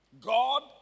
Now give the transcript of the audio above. God